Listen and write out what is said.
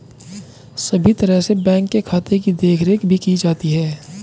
सभी तरह से बैंक के खाते की देखरेख भी की जाती है